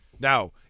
Now